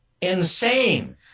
insane